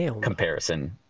comparison